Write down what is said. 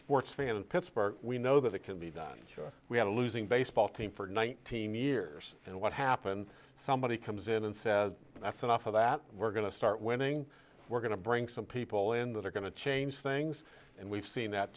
sports fan in pittsburgh we know that it can be done we had a losing baseball team for nineteen years and what happened somebody comes in and says that's enough of that we're going to start winning we're going to bring some people in that are going to change things and we've seen that